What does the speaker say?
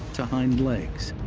to hind legs,